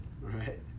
Right